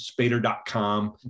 spader.com